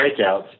breakouts